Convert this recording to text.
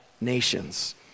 nations